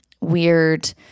weird